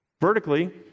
vertically